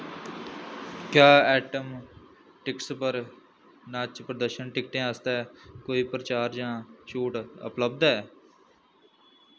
क्या item tickets पर नाच प्रदर्शन टिकटें आस्तै कोई प्रचार जां छूट उपलब्ध ऐ